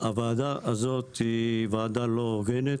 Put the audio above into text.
שהוועדה הזאת היא ועדה לא הוגנת,